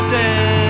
dead